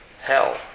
hell